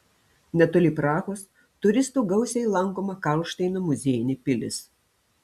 netoli prahos turistų gausiai lankoma karlšteino muziejinė pilis